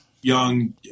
young